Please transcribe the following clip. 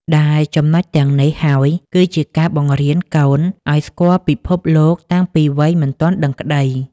ដែលចំណុចទាំងនេះហើយគឺជាការបង្រៀនកូនឱ្យស្គាល់ពិភពលោកតាំងពីវ័យមិនទាន់ដឹងក្តី។